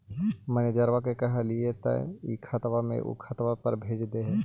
मैनेजरवा के कहलिऐ तौ ई खतवा से ऊ खातवा पर भेज देहै?